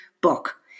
book